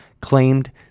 claimed